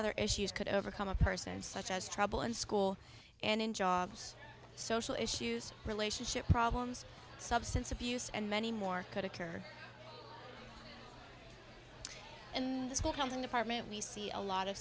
other issues could overcome a person such as trouble in school and in jobs social issues relationship problems substance abuse and many more could occur and this will come to an apartment we see a lot of